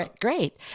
great